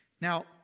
Now